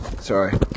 Sorry